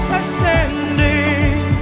ascending